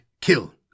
kill